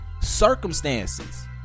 Circumstances